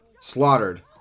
slaughtered